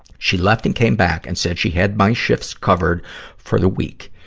she left and came back and said she had my shifts covered for the week.